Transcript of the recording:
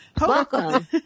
Welcome